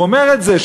והוא אומר את זה,